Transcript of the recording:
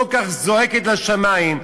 כל כך זועקת לשמים,